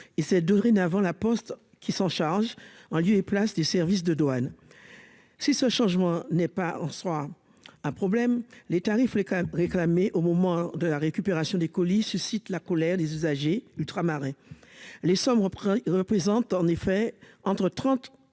et c'est dorénavant la Poste qui s'en charge, en lieu et place des services de douanes si ce changement n'est pas en soi un problème : les tarifs les quand même réclamé au moment de la récupération des colis suscite la colère des usagers ultramarins les sommes représente en effet entre 30